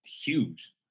huge